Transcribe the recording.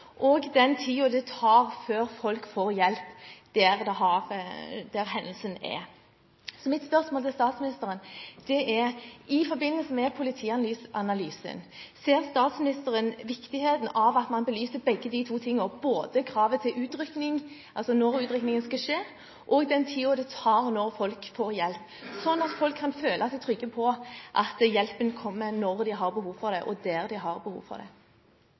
og den tiden det tar før folk får hjelp der hendelsen er. Så mitt spørsmål til statsministeren er: I forbindelse med politianalysen, ser statsministeren viktigheten av at man belyser begge de to tingene, både kravet til utrykning – altså når utrykningen skal skje – og den tiden det tar til folk får hjelp, slik at folk kan føle seg trygge på at hjelpen kommer når de har behov for det og der de har behov for det?